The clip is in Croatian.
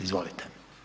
Izvolite.